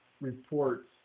reports